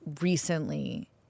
recently